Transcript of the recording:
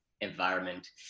environment